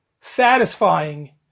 satisfying